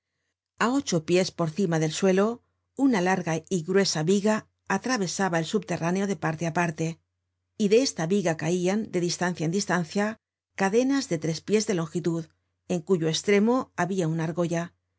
a ocho pies por cima del suelo una larga y gruesa viga atravesaba el subterráneo de parte á parte y de esta viga caian de distancia en distancia cadenas de tres pies de longitud en cuyo estremo habia una argolla